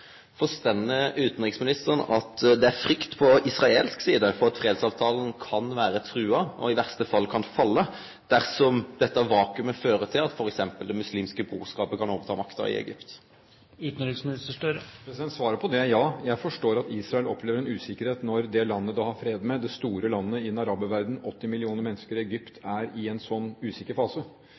at det er frykt på israelsk side for at fredsavtalen kan vere trua og i verste fall kan falle dersom dette vakuumet fører til at f.eks. Det muslimske brorskapet kan overta makta i Egypt? Svaret på det er ja. Jeg forstår at Israel opplever en usikkerhet når det landet de har fred med – det store landet i en araberverden, 80 millioner mennesker i Egypt – er i en slik usikker fase.